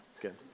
good